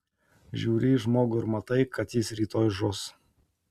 žiūri į žmogų ir matai kad jis rytoj žus